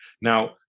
Now